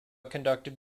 conducted